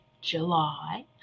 July